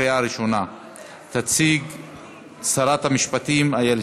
עברה בקריאה ראשונה ותעבור לוועדת העבודה